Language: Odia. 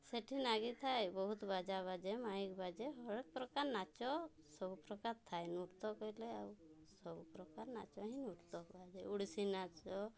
ସେଠି ନାଗିଥାଏ ବହୁତ୍ ବାଜା ବାଜେ ମାଇକ୍ ବାଜେ ହର୍ ଏକ୍ ପ୍ରକାର ନାଚ ସବୁ ପ୍ରକାର ଥାଏ ନୃତ୍ୟ କହିଲେ ଆଉ ସବୁ ପ୍ରକାର ନାଚ ହିଁ ନୃତ୍ୟ କୁହାଯାଏ ଓଡ଼ିଶୀ ନାଚ୍